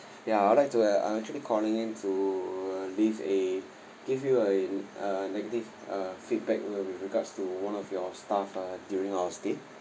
ya I would like to uh I actually calling in to leave a give you a uh negative uh feedback with regards to one of your stuff uh during our stay